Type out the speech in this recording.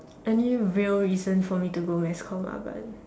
any real reason for me to go mass comm lah but